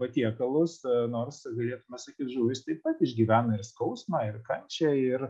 patiekalus nors galėtume sakyt žuvis taip pat išgyvena ir skausmą ir kančią ir